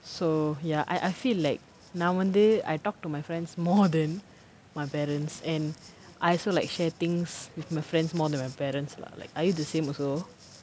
so ya I I feel like nowaday I talk to my friends more than my parents and I also like share things with my friends more than my parents lah like are you the same also